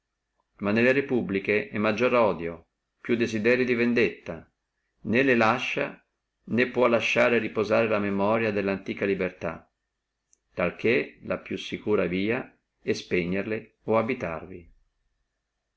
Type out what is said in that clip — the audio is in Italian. ma nelle repubbliche è maggiore vita maggiore odio più desiderio di vendetta né le lascia né può lasciare riposare la memoria della antiqua libertà tale che la più sicura via è spegnerle o abitarvi